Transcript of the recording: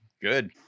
good